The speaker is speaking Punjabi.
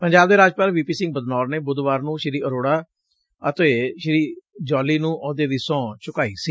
ਪੰਜਾਬ ਦੇ ਰਾਜਪਾਲ ਵੀ ਪੀ ਸਿੰਘ ਬਦਨੌਰ ਨੇ ਬੁਧਵਾਰ ਨੂੰ ਸੁਰੇਸ਼ ਅਰੋੜਾ ਅਤੇ ਅਸਿਤ ਜੌਲੀ ਨੂੰ ਅਹੁਦੇ ਦੀ ਸਹੂੰ ਚੁਕਾਈ ਸੀ